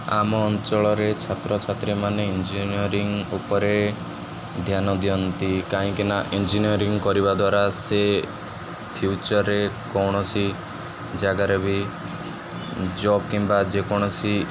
ଆମ ଅଞ୍ଚଳରେ ଛାତ୍ରଛାତ୍ରୀମାନେ ଇଞ୍ଜିନିୟରିଂ ଉପରେ ଧ୍ୟାନ ଦିଅନ୍ତି କାହିଁକି ନା ଇଞ୍ଜିନିୟରିଂ କରିବା ଦ୍ୱାରା ସେ ଫ୍ୟୁଚର୍ରେ କୌଣସି ଜାଗାରେ ବି ଜବ୍ କିମ୍ବା ଯେକୌଣସି